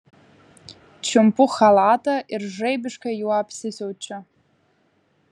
čiumpu chalatą ir žaibiškai juo apsisiaučiu